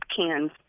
cans